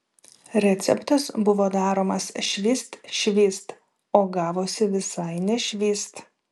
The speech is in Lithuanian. receptas buvo daromas švyst švyst o gavosi visai ne švyst